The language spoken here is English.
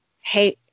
hey